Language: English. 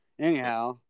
Anyhow